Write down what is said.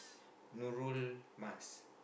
Nurul Mas